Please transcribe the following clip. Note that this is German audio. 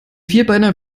vierbeiner